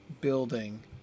building